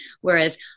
Whereas